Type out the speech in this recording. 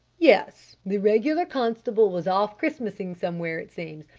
yes, the regular constable was off christmasing somewhere it seems,